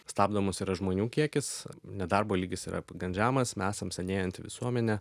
stabdo mus yra žmonių kiekis nedarbo lygis yra gan žemas esam senėjanti visuomenė